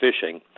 fishing